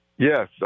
Yes